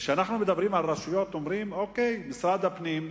כשמדברים על הרשויות אומרים: אוקיי, משרד הפנים.